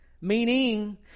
Meaning